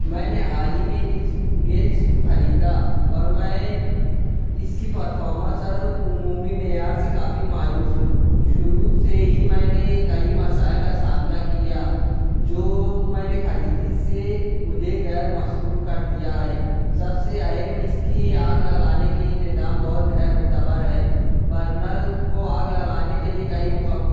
میں نے حال ہی میں ایک گیس اسٹوو خریدا اور میں اس کی پرفارمرس اور عمومی معیار سے کافی مایوس ہوں شروع سے ہی میں نے کئی مسائل کا سامنا کیا جو میں نے خریدی سے مجھے گیرمسرور کر دیا ہے سب سے اہم اس کی آگ لگانے کی نظام بہت غیرمعتبر ہے برنل کو آگ لگانے کے لیے کئی مقم